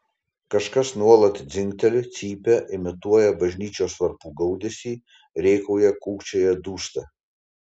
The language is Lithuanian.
kažkas nuolat dzingteli cypia imituoja bažnyčios varpų gaudesį rėkauja kūkčioja dūsta